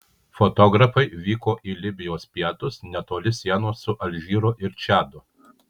fotografai vyko į libijos pietus netoli sienos su alžyru ir čadu